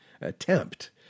attempt